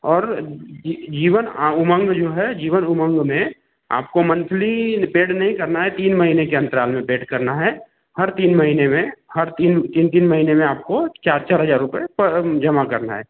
और जीवन उमंग जो है जीवन उमंग में आपको मन्थली पेड नहीं करना है तीन महीने के अंतराल में पेड करना है हर तीन महीने में हर तीन तीन तीन महीने में आपको चार चार हज़ार रुपये पर जमा करना है